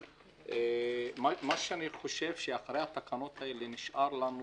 מה שאני חושב, שאחרי התקנות האלה נשאר לנו